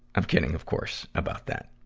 i'm kidding, of course, about that.